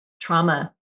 trauma